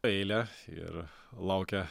eilę ir laukia